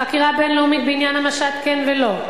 חקירה בין-לאומית בעניין המשט, כן ולא.